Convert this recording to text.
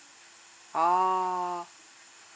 oo